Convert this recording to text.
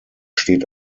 steht